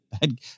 Bad